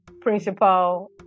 principal